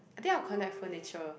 I think I'll collect furniture